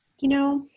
you know,